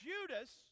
Judas